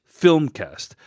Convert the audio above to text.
filmcast